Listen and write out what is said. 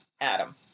Adam